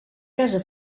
casa